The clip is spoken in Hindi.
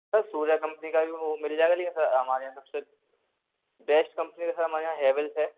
सर सूर्या कंपनी का भी वो मिल जाएगा लेकिन सर हमारे यहाँ सब से बेस्ट कंपनी तो सर हमारे यहाँ हैवेल्स है